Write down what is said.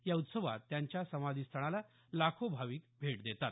या उत्सवात त्यांच्या समाधीस्थळाला लाखो भाविक भेट देतात